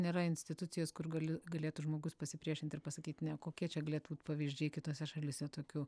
nėra institucijos kur gali galėtų žmogus pasipriešint ir pasakyt ne kokie čia galėtų būt pavyzdžiai kitose šalyse tokių